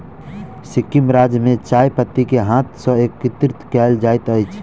सिक्किम राज्य में चाय पत्ती के हाथ सॅ एकत्रित कयल जाइत अछि